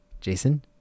Jason